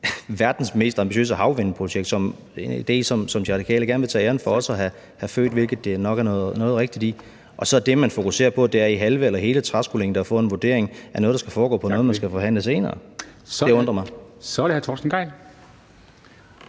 verdens mest ambitiøse havvindprojekt – en idé, som De Radikale gerne vil tage æren for også at have født, hvilket der nok er noget rigtigt i – og så er dét, man fokuserer på, i halve eller hele træskolængder at få en vurdering af noget, der skal foregå på noget, man skal forhandle senere. Det undrer mig. Kl. 13:58 Formanden